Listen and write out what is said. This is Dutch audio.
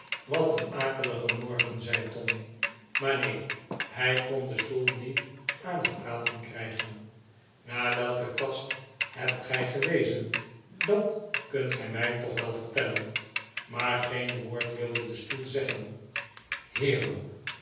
wat een akelige morgen zei tom maar neenj hij kon den stoel niet aan het praten krijgen naar welke kast hebt gij gewezen dat kunt gij mij toch wel vertellen maar geen woord wilde de stoel zeggen heeren